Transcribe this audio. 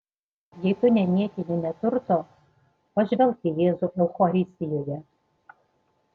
jei tu neniekini neturto pažvelk į jėzų eucharistijoje